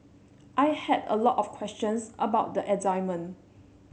I had a lot of questions about the assignment